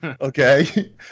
okay